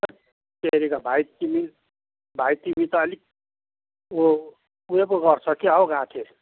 थत्तेरिका भाइ तिमी भाइ तिमी त अलिक उ उयो पो गर्छ क्या हौ गाँठे